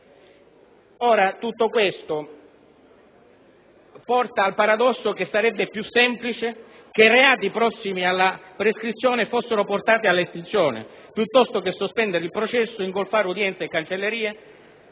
Tutto ciò determina il paradosso per cui sarebbe più semplice che reati prossimi alla prescrizione fossero portati all'estinzione, piuttosto che sospendere il processo, ingolfare udienze e cancellerie